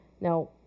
Now